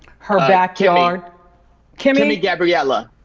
her backyard kimmy gabriela.